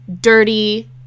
dirty